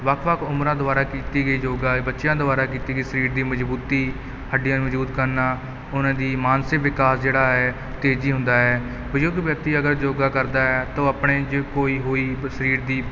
ਵੱਖ ਵੱਖ ਉਮਰਾਂ ਦੁਆਰਾ ਕੀਤੀ ਗਈ ਯੋਗਾ ਬੱਚਿਆਂ ਦੁਆਰਾ ਕੀਤੀ ਗਈ ਸਰੀਰ ਦੀ ਮਜ਼ਬੂਤੀ ਹੱਡੀਆਂ ਮਜੂਦ ਕਰਨਾ ਉਹਨਾਂ ਦੀ ਮਾਨਸਿਕ ਵਿਕਾਸ ਜਿਹੜਾ ਹੈ ਤੇਜ਼ ਹੁੰਦਾ ਹੈ ਬਜ਼ੁਰਗ ਵਿਅਕਤੀ ਅਗਰ ਯੋਗਾ ਕਰਦਾ ਹੈ ਤੋਂ ਆਪਣੇ ਜੇ ਕੋਈ ਹੋਈ ਸਰੀਰ ਦੀ